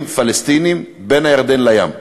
ערבים פלסטינים בין הירדן לים.